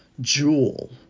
jewel